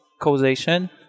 causation